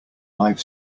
live